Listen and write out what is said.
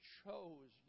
chose